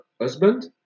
husband